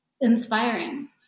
inspiring